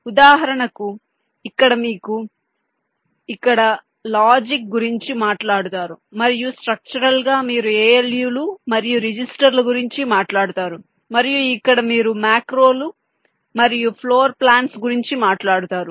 ఉదాహరణకు ఇక్కడ మీరు ఇక్కడ లాజిక్ గురించి మాట్లాడుతారు మరియు స్ట్రక్చరల్ గా మీరు ALU లు మరియు రిజిస్టర్ల గురించి మాట్లాడుతారు మరియు ఇక్కడ మీరు మాక్రోలు మరియు ఫ్లోర్ ప్లాన్స్ గురించిమాట్లాడుతారు